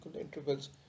intervals